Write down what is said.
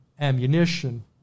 ammunition